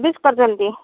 service କରିଛନ୍ତି